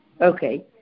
Okay